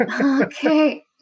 Okay